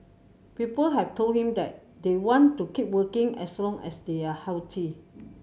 people have told him that they want to keep working as long as they are healthy